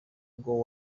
rwo